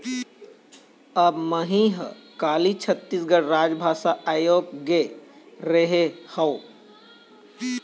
अब मही ह काली छत्तीसगढ़ राजभाषा आयोग गे रेहे हँव